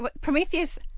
Prometheus